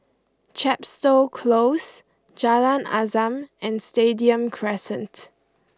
Chepstow Close Jalan Azam and Stadium Crescent